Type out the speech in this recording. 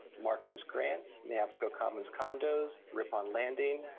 markham's grant, neabsco commons condos, rippon landing,